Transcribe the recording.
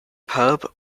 pub